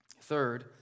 Third